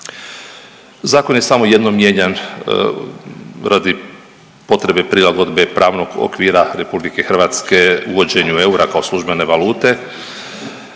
Zakon je samo jednom mijenjan radi potrebe prilagodbe pravnog okvira RH uvođenju eura kao službene valute,